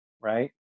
right